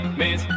miss